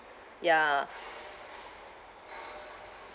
ya